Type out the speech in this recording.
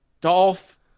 Dolph